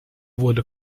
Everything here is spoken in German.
wurde